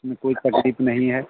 उसमें कोई तकलीफ़ नहीं है